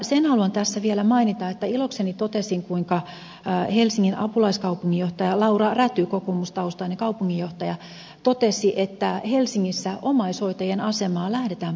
sen haluan tässä vielä mainita että ilokseni totesin kuinka helsingin apulaiskaupunginjohtaja laura räty kokoomustaustainen kaupunginjohtaja totesi että helsingissä omaishoitajien asemaa lähdetään parantamaan